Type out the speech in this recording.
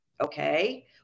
okay